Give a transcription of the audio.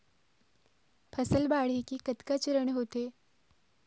फसल बाढ़े के कतका चरण होथे?